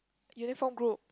uniform group